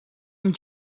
amb